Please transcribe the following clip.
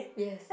yes